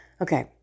Okay